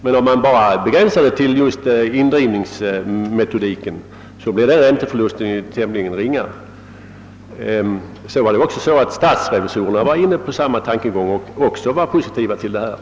Men om man begränsar det till just indrivningsmetodiken blir ränteförlusten tämligen ringa. Statsrevisorerna var också inne på samma tankegång och ställde sig positiva till denna tanke.